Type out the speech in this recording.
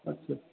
अच्छा